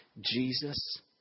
Jesus